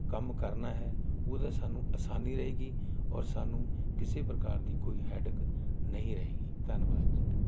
ਕੰਮ ਕਰਨਾ ਹੈ ਉਹਦਾ ਸਾਨੂੰ ਆਸਾਨੀ ਰਹੇਗੀ ਔਰ ਸਾਨੂੰ ਕਿਸੇ ਪ੍ਰਕਾਰ ਦੀ ਕੋਈ ਹੈੱਡਏਕ ਨਹੀਂ ਰਹੇਗੀ ਧੰਨਵਾਦ ਜੀ